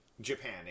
Japan